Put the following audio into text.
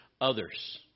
others